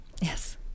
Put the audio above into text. Yes